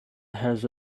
has